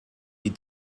die